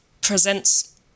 presents